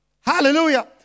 Hallelujah